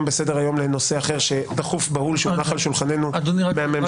בסדר היום לנושא אחר שהוא דחוף בהול שהונח על שולחננו מהממשלה.